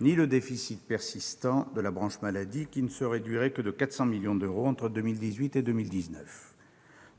ni le déficit persistant de la branche maladie, qui ne se réduirait que de 400 millions d'euros entre 2018 et 2019.